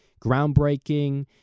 groundbreaking